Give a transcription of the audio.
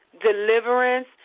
deliverance